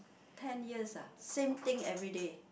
ten years ah same thing everyday